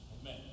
amen